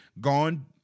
gone